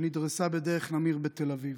שנדרסה בדרך נמיר בתל אביב.